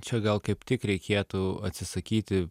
čia gal kaip tik reikėtų atsisakyti